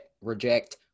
reject